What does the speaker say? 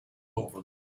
over